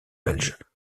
belges